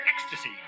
Ecstasy